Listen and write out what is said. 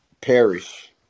perish